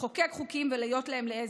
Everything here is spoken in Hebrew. לחוקק חוקים ולהיות להם לעזר.